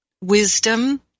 wisdom